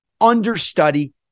understudy